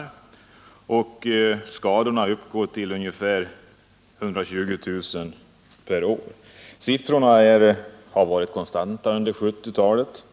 Antalet skadade uppgår till ungefär 120000 per år. Siffrorna har varit konstanta under 1970-talet,